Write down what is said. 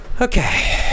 okay